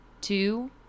two